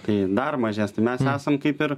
tai dar mažesni mes nesam kaip ir